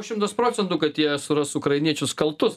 šimtas procentų kad jie suras ukrainiečius kaltus